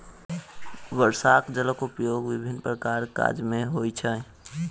वर्षाक जलक उपयोग विभिन्न प्रकारक काज मे होइत छै